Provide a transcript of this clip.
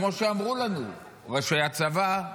כמו שאמרו לנו ראשי הצבא,